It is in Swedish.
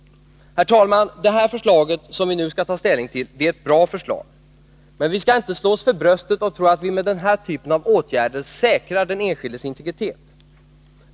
Herr talman! Det förslag som vi nu skall ta ställning till är ett bra förslag. Men vi skall inte slå oss för bröstet och tro att vi med denna typ av åtgärder säkrar den enskildes integritet.